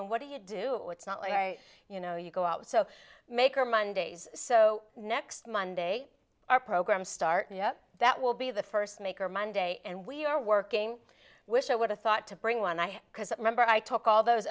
and what do you do it's not like i you know you go out so make or mondays so next monday our program start up that will be the first maker monday and we are working wish i would have thought to bring one i because remember i took all those